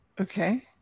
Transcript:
Okay